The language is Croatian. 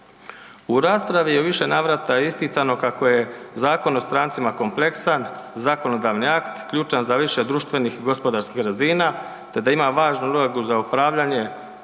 U raspravi je u više navrata isticano kako je Zakon o strancima kompleksan zakonodavni akt ključan za više društvenih i gospodarskih razina te da ima važnu ulogu za upravljanje